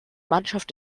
mannschaft